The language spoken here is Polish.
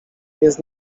jest